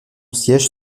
siège